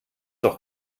doch